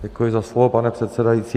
Děkuji za slovo, pane předsedající.